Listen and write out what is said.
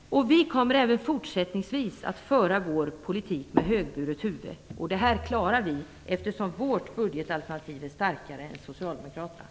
Vi kommer även fortsättningsvis att föra vår politik med högburet huvud. Detta klarar vi, eftersom vårt budgetalternativ är starkare än Socialdemokraternas.